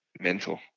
Mental